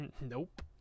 nope